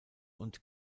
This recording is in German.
und